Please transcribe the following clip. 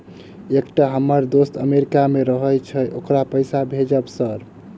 एकटा हम्मर दोस्त अमेरिका मे रहैय छै ओकरा पैसा भेजब सर?